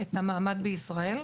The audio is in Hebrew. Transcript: את המעמד בישראל.